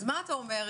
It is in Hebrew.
אז מה אתה אומר?